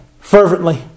fervently